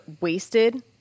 wasted